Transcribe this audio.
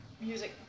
music